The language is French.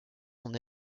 son